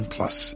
Plus